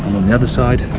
on the other side,